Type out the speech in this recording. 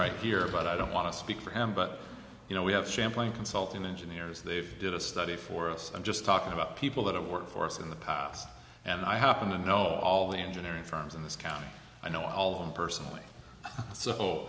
right here but i don't want to speak for him but you know we have champlain consulting engineers they've did a study for us i'm just talking about people that are workforce in the past and i happen to know all the engineering firms in this county i know all of them personally so